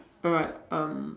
alright um